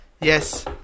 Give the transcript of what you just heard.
yes